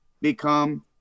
become